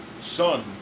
son